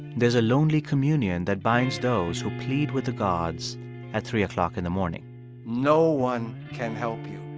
there's a lonely communion that binds those who plead with the gods at three o'clock in the morning no one can help you.